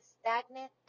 stagnant